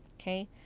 Okay